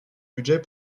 budget